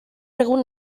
egun